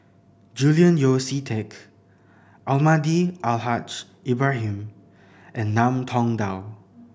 Julian Yeo See Teck Almahdi Al Haj Ibrahim and Ngiam Tong Dow